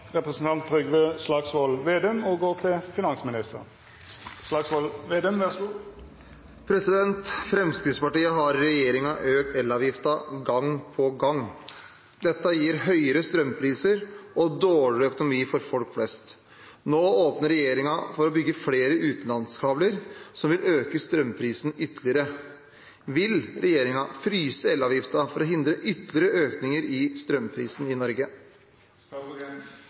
og vil verta svara på før spørsmål 11. «Fremskrittspartiet har i regjering økt elavgifta gang på gang. Dette gir høyere strømpriser og dårligere økonomi for folk flest. Nå åpner regjeringa for å bygge flere utenlandskabler som vil øke strømprisene ytterligere. Vil regjeringa fryse elavgifta for å hindre ytterligere økninger i strømprisen i